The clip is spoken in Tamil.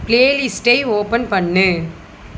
பிளேலிஸ்ட்டை ஓபன் பண்ணு